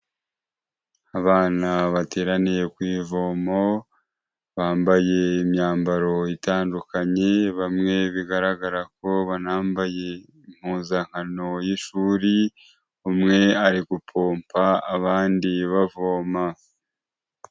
Abana bateraniye ku ivomo, bambaye imyambaro itandukanye, bamwe bigaragara ko banambaye impuzankano y'ishuri, umwe ari gupompa abandi bavoma.